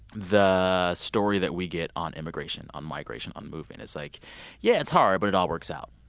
the story that we get on immigration, on migration, on movement is like yeah, it's hard but it all works out.